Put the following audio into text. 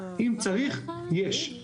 ואם צריך יש,